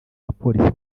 bapolisi